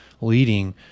leading